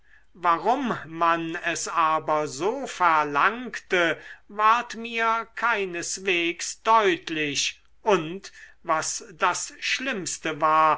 warum man es aber so verlangte ward mir keineswegs deutlich und was das schlimmste war